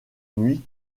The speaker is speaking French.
nuit